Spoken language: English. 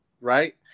right